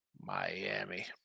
Miami